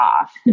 off